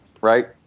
right